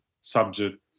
subject